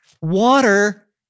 Water